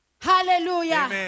Hallelujah